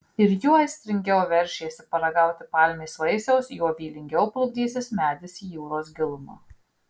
ir juo aistringiau veršiesi paragauti palmės vaisiaus juo vylingiau plukdysis medis į jūros gilumą